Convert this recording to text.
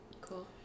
cool